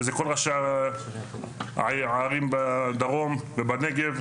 וזה כל ראשי הערים בדרום ובנגב,